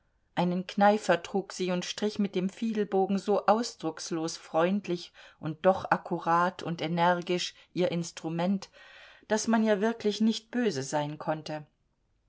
einen kneifer trug sie und strich mit dem fiedelbogen so ausdruckslos freundlich und doch akkurat und energisch ihr instrument daß man ihr wirklich nicht böse sein konnte